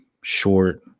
short